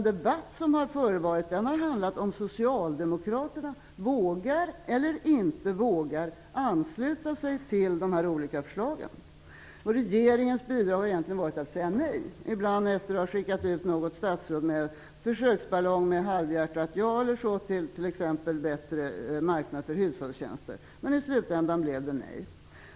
Debatten som har förevarit har handlat om huruvida Socialdemokraterna vågar eller inte vågar ansluta sig till dessa olika förslag. Regeringens bidrag har egentligen varit att säga nej, ibland efter att ha skickat ut något statsråd med en försöksballong i form av t.ex. ett halvhjärtat ja till en bättre marknad för hushållstjänster. I slutändan blev det ändå nej.